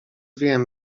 wiem